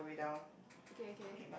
K K